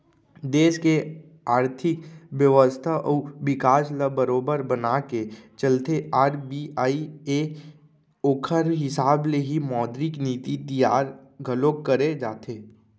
देस के आरथिक बेवस्था अउ बिकास ल बरोबर बनाके चलथे आर.बी.आई ह ओखरे हिसाब ले ही मौद्रिक नीति तियार घलोक करे जाथे